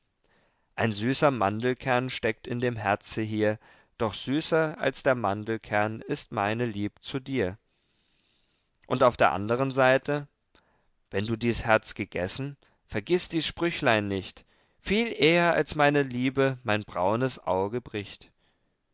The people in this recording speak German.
ein süßer mandelkern steckt in dem herze hier doch süßer als der mandelkern ist meine lieb zu dir und auf der andern seite wenn du dies herz gegessen vergiß dies sprüchlein nicht viel eh'r als meine liebe mein braunes auge bricht